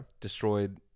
Destroyed